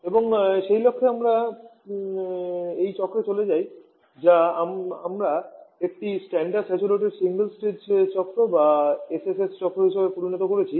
এবং সেই লক্ষ্যে আমরা এই চক্রে চলে যাই যা আমরা একটি স্ট্যান্ডার্ড স্যাচুরেটেড সিঙ্গল স্টেজ চক্র বা এসএসএস চক্র হিসাবে পরিণত করেছি